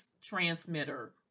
transmitter